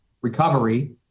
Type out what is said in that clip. recovery